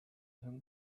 him